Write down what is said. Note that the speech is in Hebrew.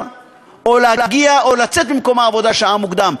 יותר או לצאת ממקום העבודה שעה מוקדם.